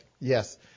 Yes